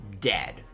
dead